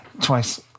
twice